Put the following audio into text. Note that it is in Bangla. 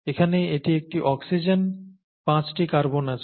এখানে এটি একটি অক্সিজেন পাঁচটি কার্বন আছে